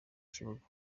kibuga